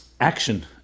action